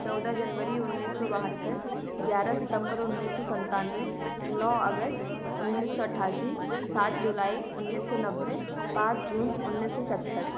चौदह जनवरी उन्नीस सौ बहत्तर ग्यारह सितम्बर उन्नीस सौ सत्तानवे नौ अगस्त उन्नीस सौ अट्ठासी सात जुलाई उन्नीस सौ नब्बे पाँच जून उन्नीस सौ सत्तर